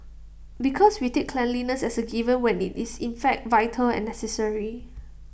because we take cleanliness as A given when IT is in fact vital and necessary